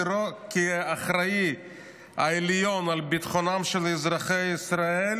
כאחראי העליון על ביטחונם של אזרחי ישראל